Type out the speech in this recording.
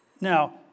Now